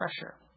pressure